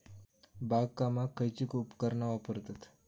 बागकामाक खयची उपकरणा वापरतत?